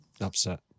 upset